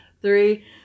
three